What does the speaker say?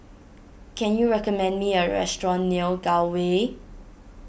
can you recommend me a restaurant near Gul Way